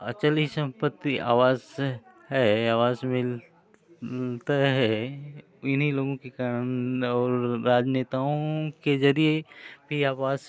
अचल ही सम्पत्ति आवास है आवास मिल मिलता है इन्हीं लोगों के कारण और राजनेताओं के ज़रिये ही आवास